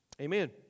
Amen